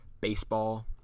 baseball